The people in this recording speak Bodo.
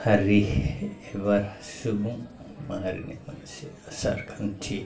हारि एबा सुबुं माहारिया मोनसे आसारखान्थि